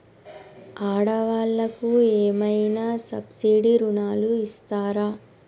ఆడ వాళ్ళకు ఏమైనా సబ్సిడీ రుణాలు ఇస్తారా?